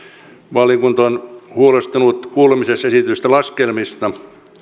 valiokunta on huolestunut kuulemisessa esitetyistä laskelmista